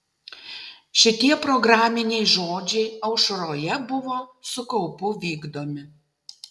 šitie programiniai žodžiai aušroje buvo su kaupu vykdomi